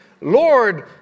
Lord